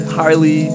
highly